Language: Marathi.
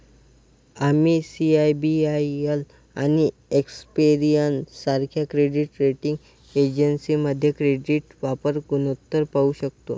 आम्ही सी.आय.बी.आय.एल आणि एक्सपेरियन सारख्या क्रेडिट रेटिंग एजन्सीमध्ये क्रेडिट वापर गुणोत्तर पाहू शकतो